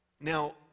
now